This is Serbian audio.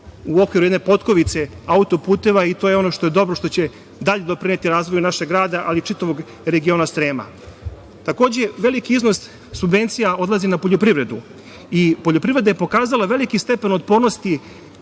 u okviru jedne potkovice autoputeva. To je ono što je dobro, što će dalje doprineti razvoju našeg rada, ali i čitavog regiona Srema. Takođe, veliki iznos subvencija odlazi na poljoprivredu i poljoprivreda je pokazala veliki stepen otpornosti